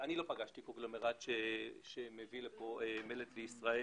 אני לא פגשתי קונגלומרט שמביא מלט לישראל.